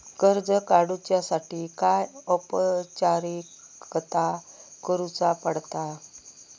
कर्ज काडुच्यासाठी काय औपचारिकता करुचा पडता?